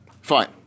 Fine